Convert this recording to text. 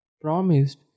promised